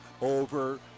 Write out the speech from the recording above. over